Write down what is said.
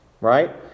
right